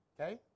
okay